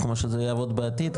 כמו שזה יעבוד בעתיד,